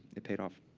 it paid off.